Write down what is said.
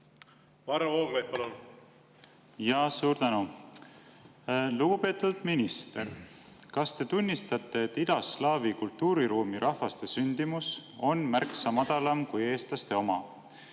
Varro Vooglaid, palun! Suur tänu! Lugupeetud minister! Kas te tunnistate, et idaslaavi kultuuriruumi rahvaste sündimus on märksa madalam kui eestlaste oma?